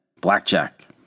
Blackjack